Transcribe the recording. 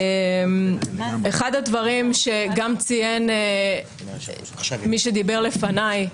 אחד הדברים שגם ציין מי שדיבר לפניי,